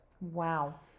Wow